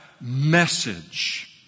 message